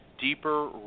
deeper